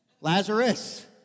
Lazarus